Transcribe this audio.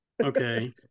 okay